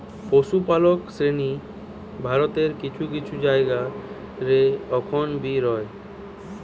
পশুপালক শ্রেণী ভারতের কিছু কিছু জায়গা রে অখন বি রয়